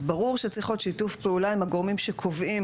אז ברור שצריך להיות שיתוף פעולה עם הגורמים שקובעים